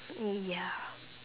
y~ ya